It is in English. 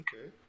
Okay